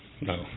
No